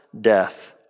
Death